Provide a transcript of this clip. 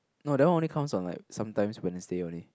no that one only comes on like sometimes Wednesday only